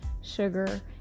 sugar